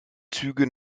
züge